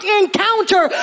encounter